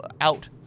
out